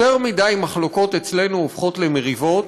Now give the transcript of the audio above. יותר מדי מחלוקות אצלנו הופכות למריבות,